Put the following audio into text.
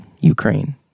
Ukraine